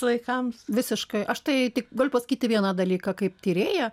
vaikam visiškai aš tai tik galiu pasakyti vieną dalyką kaip tyrėja